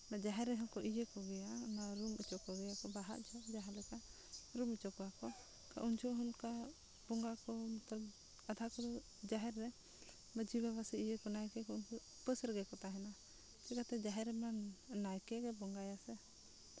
ᱚᱱᱟ ᱡᱟᱦᱮᱨ ᱨᱮᱦᱚᱸ ᱠᱚ ᱤᱭᱟᱹ ᱠᱚᱜᱮᱭᱟ ᱚᱱᱟ ᱨᱩᱢ ᱦᱚᱪᱚ ᱠᱚᱜᱮᱭᱟᱠᱚ ᱵᱟᱦᱟ ᱡᱚᱦᱚᱜ ᱡᱟᱦᱟᱸ ᱞᱮᱠᱟ ᱨᱩᱢ ᱦᱚᱪᱚ ᱠᱚᱣᱟ ᱠᱚ ᱩᱱ ᱡᱚᱦᱚᱜ ᱦᱚᱸ ᱚᱱᱠᱟ ᱵᱚᱸᱜᱟ ᱠᱚ ᱟᱫᱷᱟ ᱠᱚᱫᱚ ᱡᱟᱦᱮᱨ ᱨᱮ ᱢᱟᱹᱡᱷᱤ ᱵᱟᱵᱟ ᱥᱮ ᱤᱭᱟᱹ ᱱᱟᱭᱠᱮ ᱠᱚ ᱩᱱᱠᱩ ᱩᱯᱟᱹᱥ ᱨᱮᱜᱮ ᱠᱚ ᱛᱟᱦᱮᱱᱟ ᱪᱤᱠᱟᱹᱛᱮ ᱡᱟᱦᱮᱨ ᱨᱮᱢᱟ ᱱᱟᱭᱠᱮ ᱜᱮ ᱵᱚᱸᱜᱟᱭᱟ ᱥᱮ